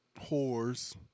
whores